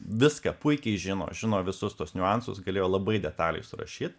viską puikiai žino žino visus tuos niuansus galėjo labai detaliai surašyt